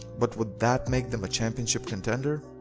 but would that make them a championship contender?